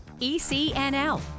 ECNL